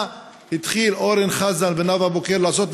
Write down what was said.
מה התחילו אורן חזן ונאוה בוקר לעשות.